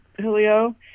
julio